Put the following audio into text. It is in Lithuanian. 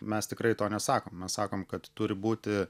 mes tikrai to nesakom mes sakom kad turi būti